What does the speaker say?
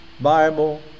Bible